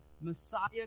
messiah